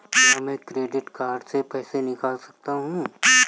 क्या मैं credit card से पैसे निकाल सकता हूँ?